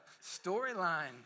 storyline